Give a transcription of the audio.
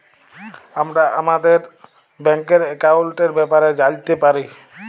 আমরা আমাদের ব্যাংকের একাউলটের ব্যাপারে জালতে পারি